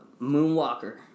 Moonwalker